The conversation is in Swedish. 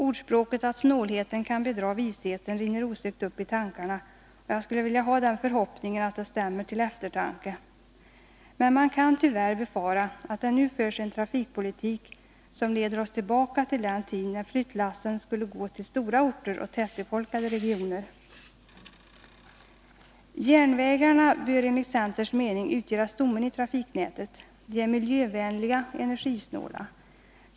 Ordspråket att snålheten kan bedra visheten rinner osökt upp i tankarna. Jag skulle vilja uttrycka förhoppningen att det stämmer till eftertanke, men man kan tyvärr befara att det nu kommer att föras en trafikpolitik som leder oss tillbaka till den tid när flyttlassen skulle gå till stora orter och tätbefolkade regioner. Järnvägarna bör enligt centerns mening utgöra stommen i trafiknätet. De är miljövänliga och energisnåla.